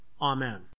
Amen